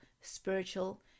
spiritual